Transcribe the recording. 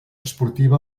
esportiva